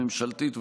הממשלתית,